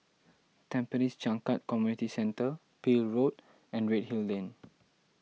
Tampines Changkat Community Centre Peel Road and Redhill Lane